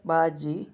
ಬಾಜಿ